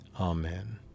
Amen